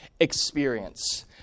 experience